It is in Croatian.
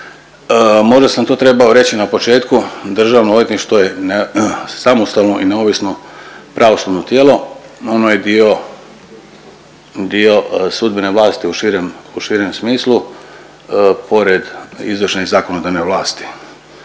Možda sam to trebao reći na početku, državno odvjetništvo je samostalno i neovisno pravosudno tijelo, ono je dio, dio sudbene vlasti u širem, u širem smislu, pored izvršne i zakonodavne vlasti.